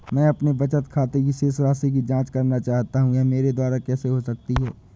मैं अपने बैंक खाते की शेष राशि की जाँच करना चाहता हूँ यह मेरे द्वारा कैसे हो सकता है?